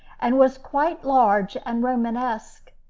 and was quite large and romanesque.